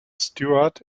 stewart